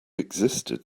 existed